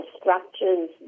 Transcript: structures